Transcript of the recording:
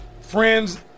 friends